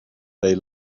they